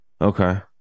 okay